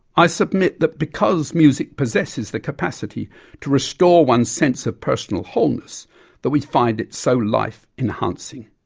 i submit that because music possesses the capacity to restore one's sense of personal wholeness that we find it so life enhancing.